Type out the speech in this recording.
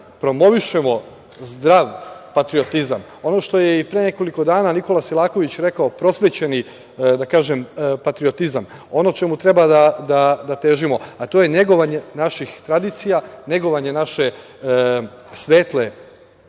promovišemo zdrav patriotizam, ono što je i pre nekoliko dana Nikola Selaković rekao, prosvećeni patriotizam. Ono čemu treba da težimo to je negovanje naše svetle istorije, negovanje svih